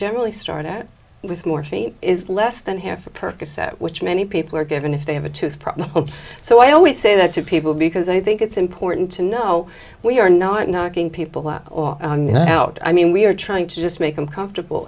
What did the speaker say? generally start out with morphine is less than half a percocet which many people are given if they have a tooth problem so i always say that to people because i think it's important to know we are not knocking people or out i mean we are trying to just make them comfortable